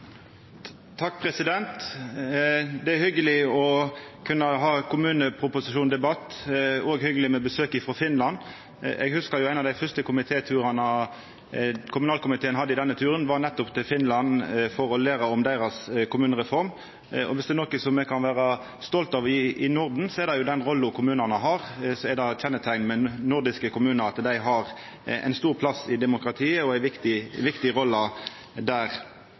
hyggeleg å kunna ha ein kommuneproposisjonsdebatt og hyggeleg med besøk frå Finland. Eg hugsar at ein av dei første komitéturane kommunal- og forvaltingskomiteen hadde i denne perioden, var nettopp til Finland for å læra om deira kommunereform. Og viss det er noko me kan vera stolte av i Norden, er det den rolla kommunane har. Kjenneteiknet ved nordiske kommunar er at dei har ein stor plass i demokratiet og ei viktig rolle der.